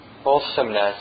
wholesomeness